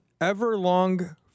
Everlong